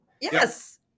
Yes